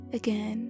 again